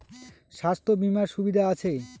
স্বাস্থ্য বিমার সুবিধা আছে?